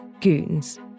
goons